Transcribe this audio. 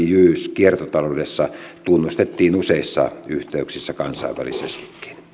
kiertotaloudessa tunnustettiin useissa yhteyksissä kansainvälisestikin